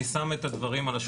אני שם את הדברים על השולחן.